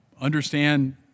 understand